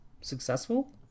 successful